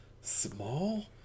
Small